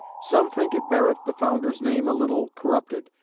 some think it beareth the founder's name a little corrupted,